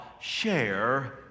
share